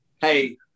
hey